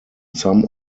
some